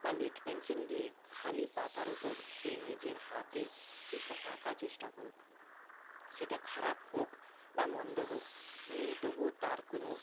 বা lead pencil দিয়ে খালি পাতার ওপর সে নিজের হাতে কিছু আঁকার চেষ্টা করুক সেটা খারাপ হোক বা মন্দ হোক তবুও তার কোনও